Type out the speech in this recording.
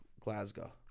Glasgow